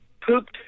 Pooped